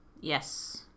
Yes